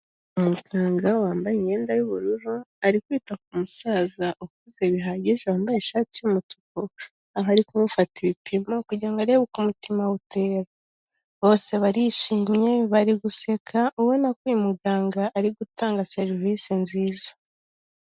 Umuganga wambaye imyenda y'ubururu, ari kwita ku musaza ukuze bihagije wambaye ishati y'umutuku, aho ari kumufata ibipimo kugira ngo arebe uko umutima we utera, bose barishimye, bari guseka, ubona ko uyu muganga ari gutanga serivisi nziza.